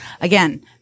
Again